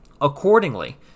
Accordingly